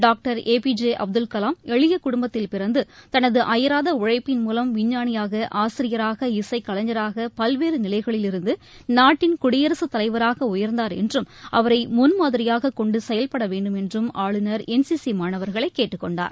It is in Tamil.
doctor A B J Abdul Kalam எளிய குடும்பத்தில் பிறந்து தனது அயராத உழைப்பின் மூலம் விஞ்ஞானியாக ஆசிரியராக இசைக்கலைஞராக பல்வேறு நிலைகளிலிருந்து நாட்டின் குடியரசுத் தலைவராக உயர்ந்தார் என்றும் அவரை முன்மாதிரியாக கொண்டு செயல்பட வேண்டும் என்றும் ஆளுநர் என் சி சி மாணவர்களை கேட்டுக்கொண்டார்